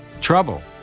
Trouble